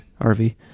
RV